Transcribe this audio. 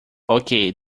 okay